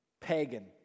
pagan